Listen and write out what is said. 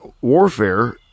warfare